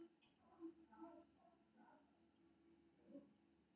धानक फसिल मानसून के समय मे रोपल जाइ छै